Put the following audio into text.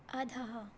अधः